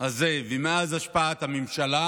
הזה ומאז השבעת הממשלה,